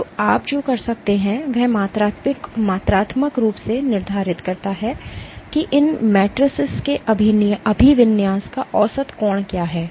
तो आप जो कर सकते हैं वह मात्रात्मक रूप से निर्धारित करता है कि इन मैट्रिसेस के अभिविन्यास का औसत कोण क्या है